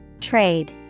Trade